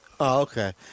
Okay